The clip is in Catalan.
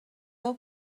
del